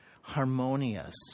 harmonious